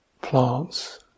plants